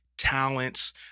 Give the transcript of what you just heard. talents